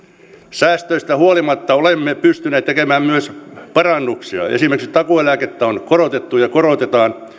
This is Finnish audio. säästöistä huolimatta olemme pystyneet tekemään myös parannuksia esimerkiksi takuueläkettä on korotettu ja korotetaan